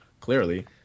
clearly